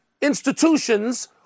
institutions